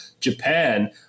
Japan